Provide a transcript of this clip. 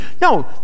No